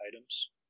items